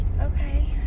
Okay